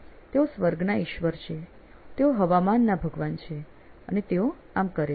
તેઓ સ્વર્ગના ઈશ્વર છે તેઓ હવામાનના ભગવાન છે અને તેઓ આમ કરે છે